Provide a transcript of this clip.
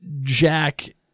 Jack